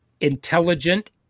intelligent